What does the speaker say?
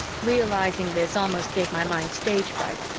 realizing this almost gave my mind stage fright,